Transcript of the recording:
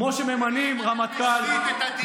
כמו שממנים רמטכ"ל, אתה מסיט את הדיון.